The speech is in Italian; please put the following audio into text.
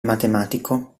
matematico